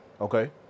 Okay